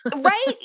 Right